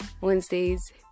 Wednesday's